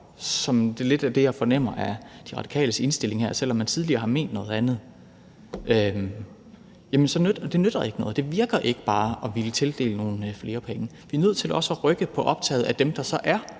hvilket lidt er det, jeg fornemmer er De Radikales indstilling her, selv om man tidligere har ment noget andet – så nytter det ikke noget. Det virker ikke bare at ville tildele nogle flere penge, men vi er også nødt til at rykke på optaget af dem, der så er,